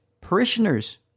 parishioners